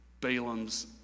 Balaam's